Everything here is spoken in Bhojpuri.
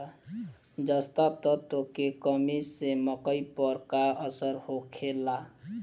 जस्ता तत्व के कमी से मकई पर का असर होखेला?